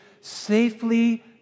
safely